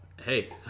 Hey